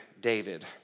David